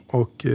och